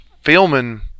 filming